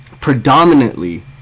predominantly